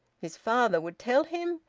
his father would tell him,